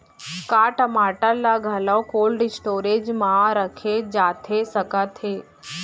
का टमाटर ला घलव कोल्ड स्टोरेज मा रखे जाथे सकत हे?